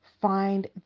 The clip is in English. find